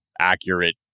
accurate